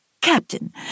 captain